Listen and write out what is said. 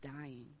dying